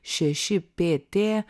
šeši pt